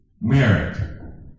Merit